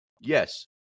yes